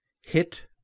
hit